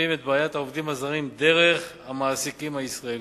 תוקפים את בעיית העובדים הזרים דרך המעסיקים הישראלים.